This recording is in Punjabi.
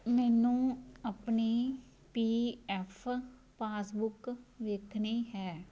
ਮੈਨੂੰ ਆਪਣੀ ਪੀ ਐੱਫ ਪਾਸਬੁੱਕ ਵੇਖਣੀ ਹੈ